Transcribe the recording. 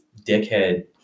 dickhead